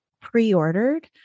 pre-ordered